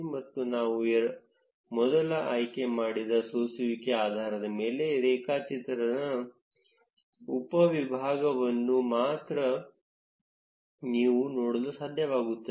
ಮತ್ತು ನಾವು ಮೊದಲು ಆಯ್ಕೆ ಮಾಡಿದ ಸೋಸುವಿಕೆ ಆಧಾರದ ಮೇಲೆ ರೇಖಾಚಿತ್ರನ ಉಪವಿಭಾಗವನ್ನು ಮಾತ್ರ ನೀವು ನೋಡಲು ಸಾಧ್ಯವಾಗುತ್ತದೆ